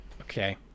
okay